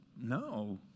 no